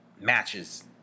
matches